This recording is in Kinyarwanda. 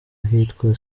ahitwa